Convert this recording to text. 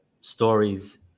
stories